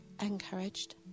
encouraged